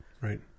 Right